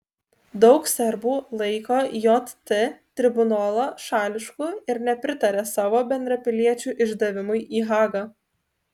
daug serbų laiko jt tribunolą šališku ir nepritaria savo bendrapiliečių išdavimui į hagą